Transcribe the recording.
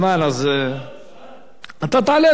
אתה תענה לו כאשר תעלה.